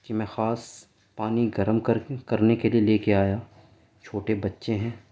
کہ میں خاص پانی گرم کر کرنے کے لیے لے کے آیا چھوٹے بچے ہیں